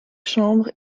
chambres